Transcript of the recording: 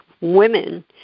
women